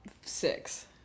six